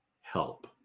help